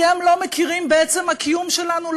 כי הם לא מכירים בעצם הקיום שלנו,